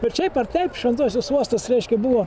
bet šiaip ar taip šventosios uostas reiškia buvo